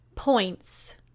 points